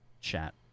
chat